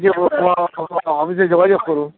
অ অ অ অফিসে যোগাইযোগ করুক